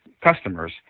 customers